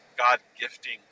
God-gifting